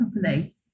properly